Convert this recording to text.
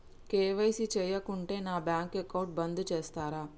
KYC చేయకుంటే నా bank account బంద్ చేస్తరా?